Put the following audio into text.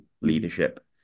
leadership